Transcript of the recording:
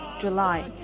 July